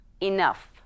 Enough